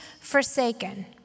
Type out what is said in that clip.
forsaken